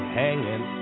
hanging